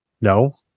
no